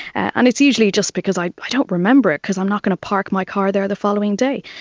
and it's usually just because i i don't remember it because i'm not going to park my car there the following day.